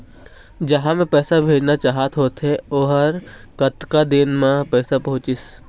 जहां मैं पैसा भेजना चाहत होथे ओहर कतका दिन मा पैसा पहुंचिस?